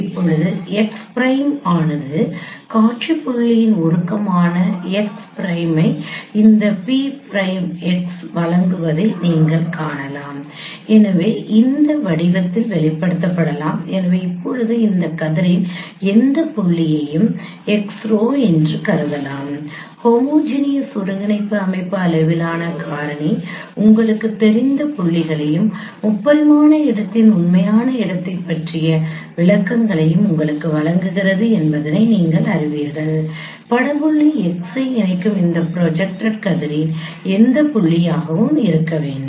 இப்போது x prime ஆனது காட்சி புள்ளியின் உருவமான x பிரதமத்தை இந்த P பிரைம் x வழங்குவதை நீங்கள் காணலாம் எனவே இதை இந்த வடிவத்தில் வெளிப்படுத்தப்படலாம் எனவே இப்போது இந்த கதிரின் எந்த புள்ளியையும் x rho என்று கருதலாம் ஹோமோஜெனியஸ் ஒருங்கிணைப்பு அமைப்பில் அளவிலான காரணி உங்களுக்குத் தெரிந்த புள்ளிகளையும் முப்பரிமாண இடத்தின் உண்மையான இடத்தைப் பற்றிய விளக்கங்களையும் உங்களுக்கு வழங்குகிறது என்பதை நீங்கள் அறிவீர்கள் பட புள்ளி x ஐ இணைக்கும் அந்த ப்ரொஜெக்டட் கதிரின் எந்த புள்ளியாகவும் இருக்க வேண்டும்